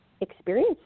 experience